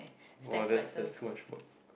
oh just just too much for